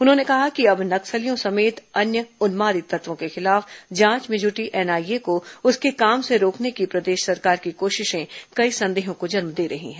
उन्होंने कहा कि अब नक्सलियों समेत अन्य उन्मादी तत्वों के खिलाफ जांच में जुटी एनआईए को उसके काम से रोकने की प्रदेश सरकार की कोशिशें कई संदेहों को जन्म दे रही हैं